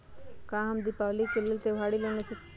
का हम दीपावली के लेल त्योहारी लोन ले सकई?